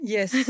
Yes